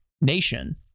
nation